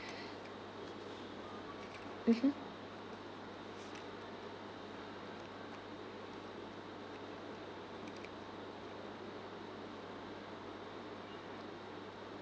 mmhmm